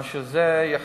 כך שזה יחסוך